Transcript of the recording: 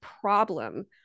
problem